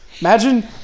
Imagine